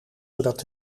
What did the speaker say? zodat